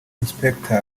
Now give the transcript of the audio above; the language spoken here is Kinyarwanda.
inspector